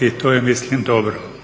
i to je mislim dobro.